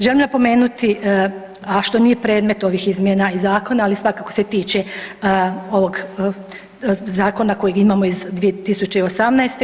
Želim napomenuti, a što nije predmet ovih izmjena zakona ali svakako se tiče ovog zakona kojeg imamo iz 2018.